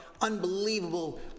unbelievable